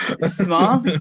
small